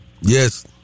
Yes